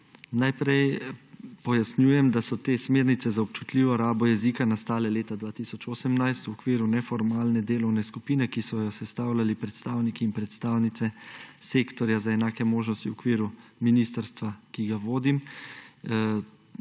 Najprej pojasnjujem, da so Smernice za spolno občutljivo rabo jezika nastale leta 2018 v okviru neformalne delovne skupine, ki so jo sestavljali predstavniki in predstavnice Sektorja za enake možnosti v okviru ministrstva, ki ga vodim;